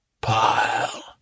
pile